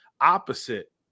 opposite